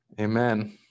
Amen